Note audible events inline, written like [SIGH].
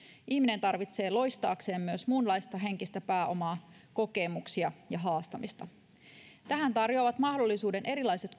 ihminen tarvitsee loistaakseen myös muunlaista henkistä pääomaa kokemuksia ja haastamista tähän tarjoavat mahdollisuuden erilaiset [UNINTELLIGIBLE]